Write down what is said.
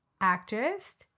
actress